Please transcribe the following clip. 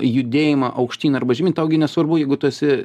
judėjimą aukštyn arba žemyn tau gi nesvarbu jeigu tu esi